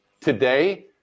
Today